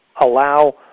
allow